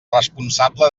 responsable